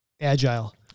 Agile